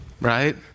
Right